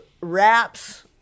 Wraps